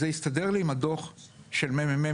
זה הסתדר לי עם הדוח של ה-ממ"מ.